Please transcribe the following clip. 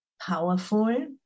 powerful